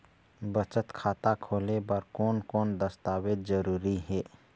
बचत खाता खोले बर कोन कोन दस्तावेज जरूरी हे?